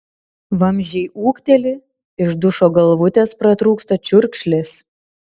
vamzdžiai ūkteli iš dušo galvutės pratrūksta čiurkšlės